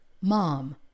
Mom